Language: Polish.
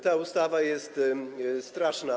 Ta ustawa jest straszna.